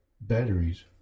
batteries